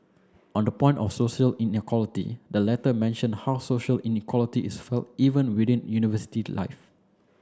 on the point of social inequality the letter mentioned how social inequality is felt even within university life